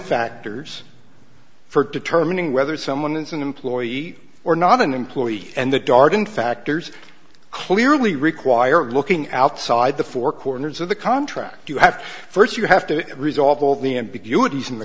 factors for determining whether someone is an employee or not an employee and the dardenne factors clearly require looking outside the four corners of the contract you have first you have to resolve all the ambiguity in the